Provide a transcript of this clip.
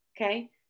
okay